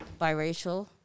biracial